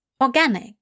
Organic